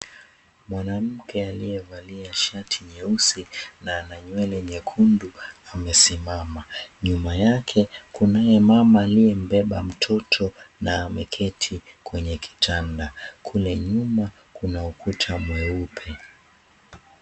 Mwanamke aliyevalia shati nyeusi na ana nywele nyekundu, amesimama. Nyuma yake, kunaye mama aliyembeba mtoto na ameketi kwenye kitanda. Kule nyuma, kuna ukuta mweupe.